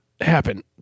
happen